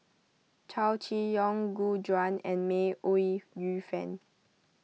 Chow Chee Yong Gu Juan and May Ooi Yu Fen